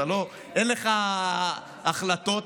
אין לך החלטות,